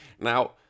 Now